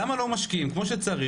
למה לא משקיעים כמו שצריך?